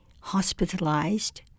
hospitalized